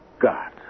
God